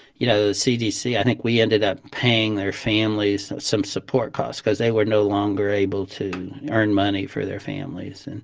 you know, the cdc, i think we ended up paying their families some support costs because they were no longer able to earn money for their families. and